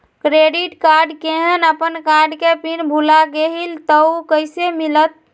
Credit card केहन अपन card के पिन भुला गेलि ह त उ कईसे मिलत?